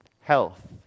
health